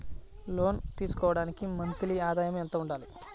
లోను తీసుకోవడానికి మంత్లీ ఆదాయము ఎంత ఉండాలి?